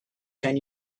ten